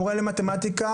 מורה למתמטיקה,